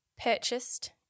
purchased